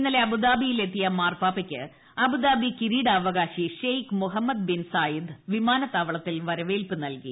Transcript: ഇന്നലെ അബുദാബിയിലെത്തിയ മാർപ്പാപ്പയ്ക്ക് അബുദാബി കിരീടവകാശി ഷെയ്ക്ക് മുഹമ്മദ് ബിൻ സായിദ് വിമാനത്താവളത്തിൽ വരവേൽപ്പ് നൽകി